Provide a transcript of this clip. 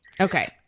Okay